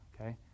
Okay